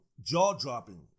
jaw-dropping